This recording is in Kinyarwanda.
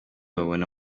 babona